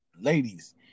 ladies